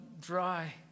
dry